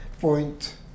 point